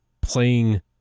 playing